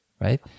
right